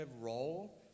role